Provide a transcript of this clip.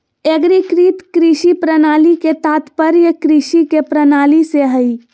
एग्रीकृत कृषि प्रणाली के तात्पर्य कृषि के प्रणाली से हइ